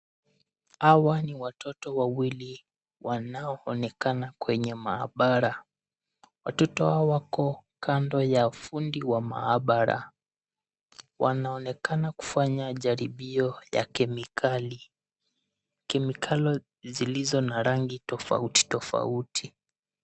Hawa ni watoto wawili wanaoonekana kwenye maabara. Watoto hawa wako kando ya fundi wa maabara. Wanaonekana kufanya jaribio ya kemikali, kemikali zilizo na rangi tofauti tofauti.